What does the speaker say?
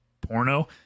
porno